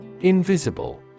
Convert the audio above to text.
Invisible